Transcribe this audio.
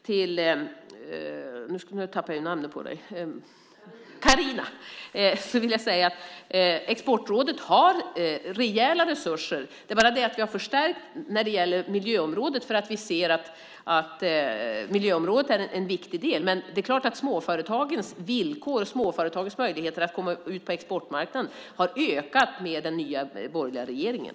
Till Carina vill jag säga att Exportrådet har rejäla resurser. Det är bara det att vi har förstärkt när det gäller miljöområdet därför att vi ser att miljöområdet är en viktig del. Men det är klart att småföretagens villkor och möjligheter att komma ut på exportmarknaden har ökat med den nya borgerliga regeringen.